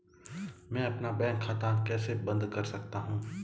मैं अपना बैंक खाता कैसे बंद कर सकता हूँ?